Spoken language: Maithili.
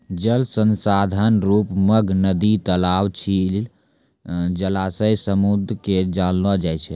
जल संसाधन रुप मग नदी, तलाब, झील, जलासय, समुन्द के जानलो जाय छै